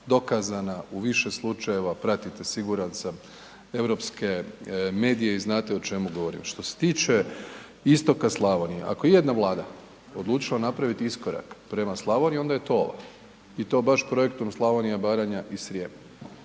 dokazana u više slučajeva pratite siguran sam europske medije i znate o čemu govorim. Što se tiče istoka Slavonije, ako je ijedna Vlada odlučila napraviti iskorak prema Slavoniji onda je to ova i to baš projektom Slavonija, Baranja i Srijem.